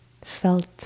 felt